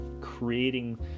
creating